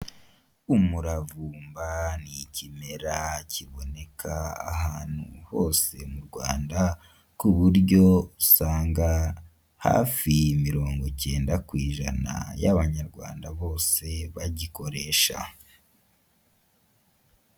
Umuravumba ni ikimera kiboneka ahantu hose mu rwanda ku buryo usanga hafi mirongo ikenda ku ijana y'abanyarwanda bose bagikoresha.